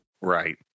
Right